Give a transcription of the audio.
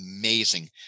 amazing